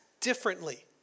differently